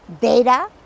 data